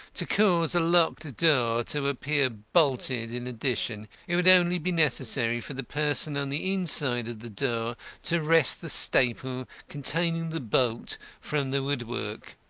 to cause a locked door to appear bolted in addition, it would only be necessary for the person on the inside of the door to wrest the staple containing the bolt from the woodwork.